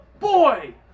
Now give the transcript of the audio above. boy